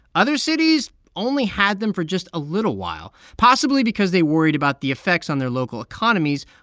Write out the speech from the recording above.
other cities only had them for just a little while, possibly because they worried about the effects on their local economies,